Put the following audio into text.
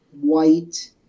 white